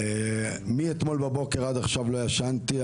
מאתמול בבוקר על עכשיו א ישנתי,